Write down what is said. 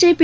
JP